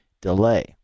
delay